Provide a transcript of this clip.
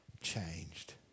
changed